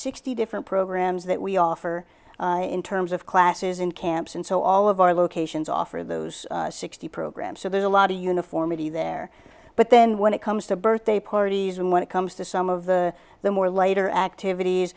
sixty different programs that we offer in terms of classes in camps and so all of our locations offer those sixty programs so there's a lot of uniformity there but then when it comes to birthday parties and when it comes to some of the the more later activities